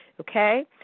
okay